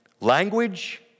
language